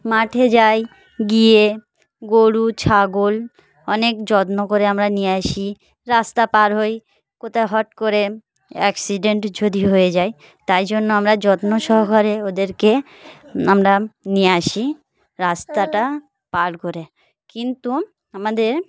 মাঠে যাই গিয়ে গরু ছাগল অনেক যত্ন করে আমরা নিয়ে আসি রাস্তা পার হই কোথাও হুট করে অ্যাক্সিডেন্ট যদি হয়ে যায় তাই জন্য আমরা যত্ন সহকারে ওদেরকে আমরা নিয়ে আসি রাস্তাটা পার করে কিন্তু আমাদের